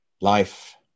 Life